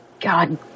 God